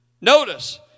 notice